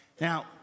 Now